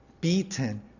beaten